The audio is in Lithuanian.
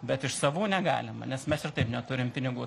bet iš savų negalima nes mes ir taip neturim pinigų